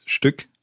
Stück